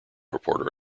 reporter